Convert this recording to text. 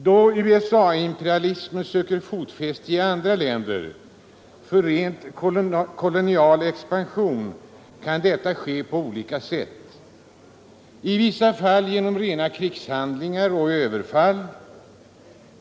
Då USA-imperialismen söker fotfäste i andra länder för rent kolonial expansion, kan det ske på olika sätt — i vissa fall genom rena krigshandlingar och överfall.